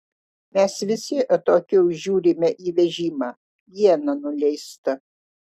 mes visi atokiau žiūrime į vežimą iena nuleista